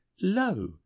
lo